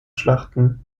schlachten